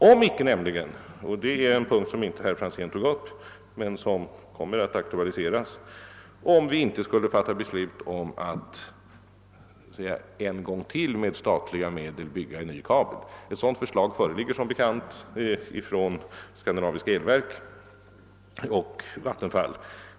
Situationen blir en annan, vilket herr Franzén inte berörde, om vi skulle komma att fatta beslut om att en gång till med statliga medel bygga en kabel. Som bekant föreligger ett sådant förslag från Skandinaviska elverk och Vattenfall.